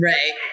Right